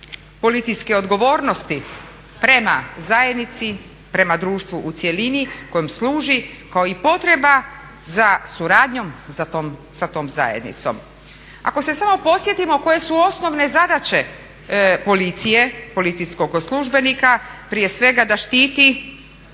policijske odgovornosti prema zajednici, prema društvu u cjelini kojem služi kao i potreba za suradnjom sa tom zajednicom. Ako se samo podsjetimo koje su osnovne zadaće policije, policijskog službenika, prije svega da štiti